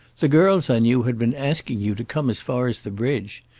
the girls i knew had been asking you to come as far as the bridge.